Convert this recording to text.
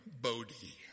Bodhi